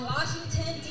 Washington